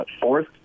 fourth